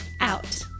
out